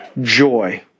joy